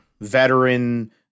veteran